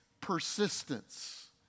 persistence